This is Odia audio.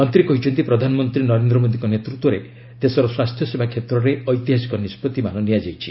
ମନ୍ତୀ କହିଛନ୍ତି ପ୍ରଧାନମନ୍ତ୍ରୀ ନରେନ୍ଦ୍ର ମୋଦିଙ୍କ ନେତୃତ୍ୱରେ ଦେଶର ସ୍ୱାସ୍ଥ୍ୟସେବା କ୍ଷେତ୍ରରେ ଐତିହାସିକ ନିଷ୍କଭିମାନ ନିଆଯାଇଛି